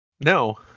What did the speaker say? No